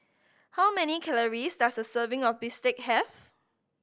how many calories does a serving of bistake have